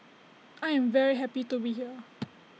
I am very happy to be here